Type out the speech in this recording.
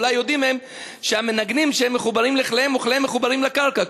או אולי יודעים הם המנגנים שהם מחוברים לכליהם וכליהם מחוברים לקרקע",